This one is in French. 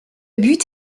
but